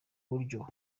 buryo